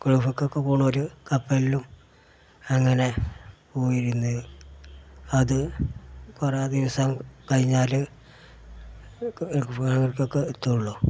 ദൂരെക്കൊക്കെ പോണവർ കപ്പലിലും അങ്ങനെ പോയിരുന്നു അതു കുറേ ദിവസം കഴിഞ്ഞാൽ പോയടുത്തൊക്കെ എത്തുകയുള്ളു